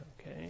okay